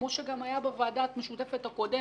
כמו שגם היה בוועדה המשותפת שנדונה